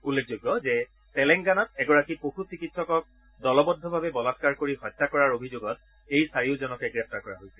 উল্লেখযোগ্য যে তেলেংগানাত এগৰাকী পশু চিকিৎসকক দলবদ্ধভাৱে বলাৎকাৰ কৰি হত্যা কৰাৰ অভিযোগত এই চাৰিওজনকে গ্ৰেপ্তাৰ কৰা হৈছিল